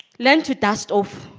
led to dust off